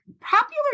Popular